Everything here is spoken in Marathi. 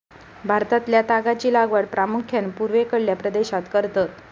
भारतातल्या तागाची लागवड प्रामुख्यान पूर्वेकडल्या प्रदेशात करतत